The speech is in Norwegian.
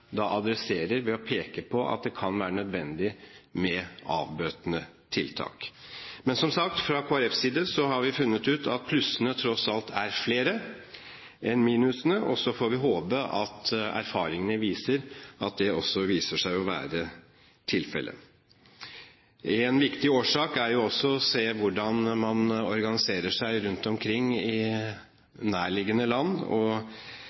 flertallet adresserer ved å peke på at det kan være nødvendig med avbøtende tiltak. Men, som sagt, fra Kristelig Folkepartis side har vi funnet ut at plussene tross alt er flere enn minusene, og så får vi håpe at erfaringene viser at det også vil være tilfellet. En viktig årsak er også å se hvordan man organiserer seg rundt omkring i nærliggende land, og